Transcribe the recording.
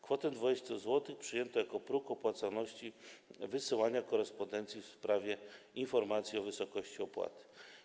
Kwotę 20 zł przyjęto jako próg opłacalności wysyłania korespondencji w sprawie informacji o wysokości opłaty.